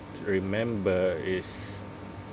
remember is